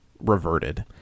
reverted